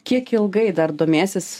kiek ilgai dar domėsis